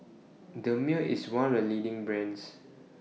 Dermale IS one of The leading brands